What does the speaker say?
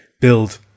build